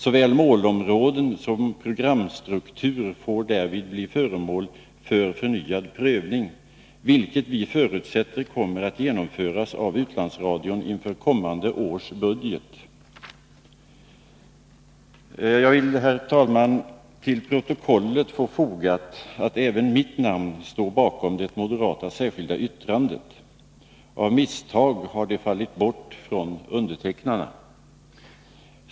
Såväl målområden som programstruktur får därvid bli föremål för förnyad prövning, vilket vi förutsätter kommer att genomföras av utlandsradion inför kommande års budget. Jag vill, herr talman, till protokollet få fogat att även mitt namn står bakom det moderata särskilda yttrandet. Av misstag har det fallit bort från undertecknarna.